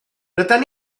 rydyn